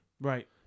right